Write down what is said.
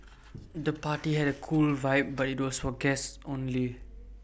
the party had A cool vibe but was for guests only